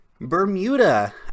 Bermuda